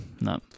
no